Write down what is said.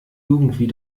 irgendwie